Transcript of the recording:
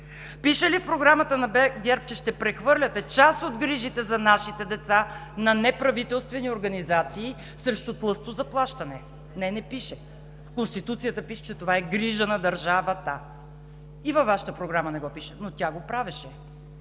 Пише ли в Програмата на ГЕРБ, че ще прехвърляте част от грижите за нашите деца на неправителствени организации срещу тлъсто заплащане? Не, не пише! В Конституцията пише, че това е грижа на държавата. И във Вашата Програма не го пише, но тя го правеше.